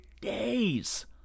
days